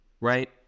right